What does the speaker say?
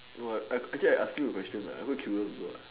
no I I actually ask you a question I quite curious also